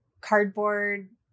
cardboard